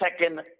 Second